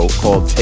called